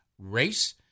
race